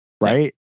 Right